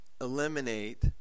eliminate